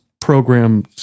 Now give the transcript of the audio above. program